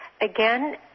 again